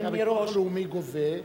הביטוח לאומי גובה,